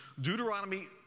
Deuteronomy